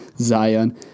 zion